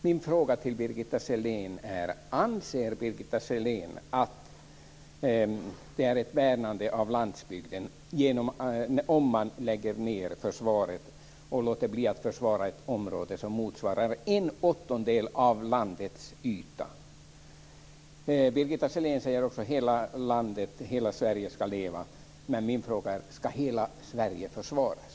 Min fråga till Birgitta Sellén är: Anser Birgitta Sellén att man värnar landsbygden om man lägger ned försvaret så, att man inte försvarar ett område som motsvarar en åttondel av landets yta? Birgitta Sellén säger att hela Sverige ska leva, men min fråga är: Ska hela Sverige försvaras?